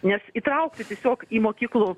nes įtraukti tiesiog į mokyklų